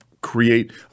create